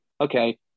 okay